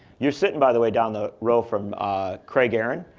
you're sitting, by the way, down the row from craig aaron,